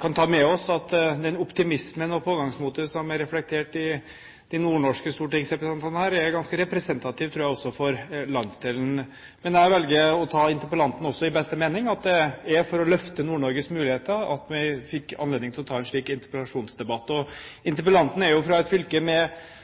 kan ta med oss at den optimismen og det pågangsmotet som er reflektert gjennom de nordnorske stortingsrepresentantene, er ganske representativt også for landsdelen. Men jeg velger også å ta interpellanten i beste mening, at det er for å løfte Nord-Norges muligheter vi fikk anledning til å ta en slik interpellasjonsdebatt. Interpellanten er jo fra et fylke med